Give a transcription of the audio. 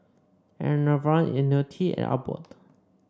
Enervon IoniL T and Abbott